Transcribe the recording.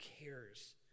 cares